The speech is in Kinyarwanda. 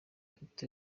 ufite